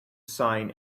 sign